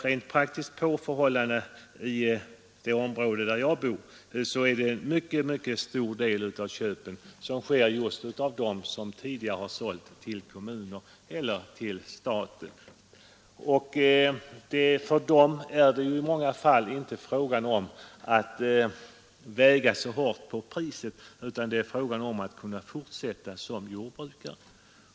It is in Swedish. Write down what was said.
Men i det område där jag själv bor är det en mycket stor del av köpen som görs av just dem som tidigare sålt till kommunen eller till staten. De fäster i många fall inte så stort avseende vid priset; för dem är det fråga om att kunna fortsätta som jordbrukare.